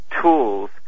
tools